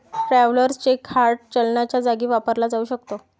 travellers cheque hard चलनाच्या जागी वापरला जाऊ शकतो